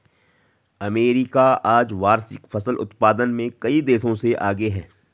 America आज वार्षिक फसल उत्पादन में कई देशों से आगे है